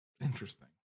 Interesting